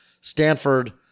Stanford